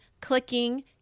clicking